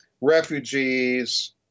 refugees